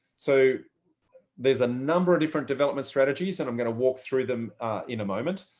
so there's a number of different development strategies, and i'm going to walk through them in a moment.